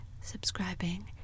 subscribing